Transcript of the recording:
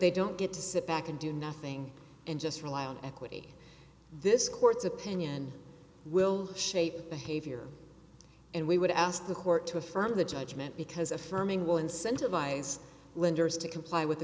they don't get to sit back and do nothing and just rely on equity this court's opinion will shape behavior and we would ask the court to affirm the judgment because affirming will incentivize lenders to comply with the